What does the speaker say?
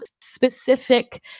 specific